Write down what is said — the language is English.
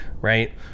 Right